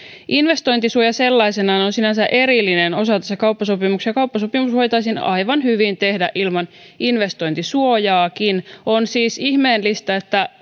investointisuoja sellaisenaan on sinänsä erillinen osa tässä kauppasopimuksessa ja kauppasopimus voitaisiin aivan hyvin tehdä ilman investointisuojaakin on siis ihmeellistä että